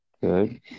good